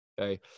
okay